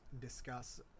discuss